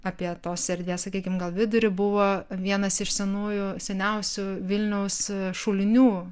apie tos erdvės sakykim gal vidurį buvo vienas iš senųjų seniausių vilniaus šulinių